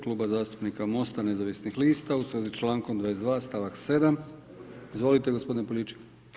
Kluba zastupnika Mosta nezavisnih lista u svezi s člankom 22. stavak 7. Izvolite gospodine Poljičak.